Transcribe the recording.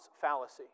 fallacy